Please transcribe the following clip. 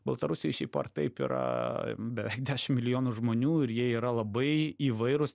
baltarusijoj šiaip ar taip yra beveik dešim milijonų žmonių ir jie yra labai įvairūs